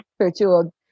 virtual